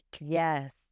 yes